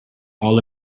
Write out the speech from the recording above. all